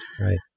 right